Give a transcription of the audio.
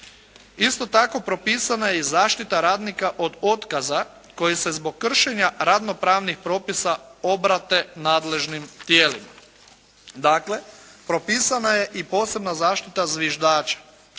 isto tako propisana je i zaštita radnika od otkaza koji se zbog kršenja radno pravnih propisa obrate nadležnim tijelima. Dakle, propisana je i posebna zaštita zviždača